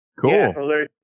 Cool